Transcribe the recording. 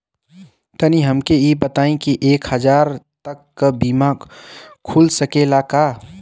तनि हमके इ बताईं की एक हजार तक क बीमा खुल सकेला का?